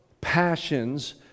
passions